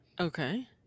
Okay